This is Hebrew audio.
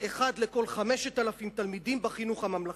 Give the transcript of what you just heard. אחד לכל 5,000 תלמידים בחינוך הממלכתי.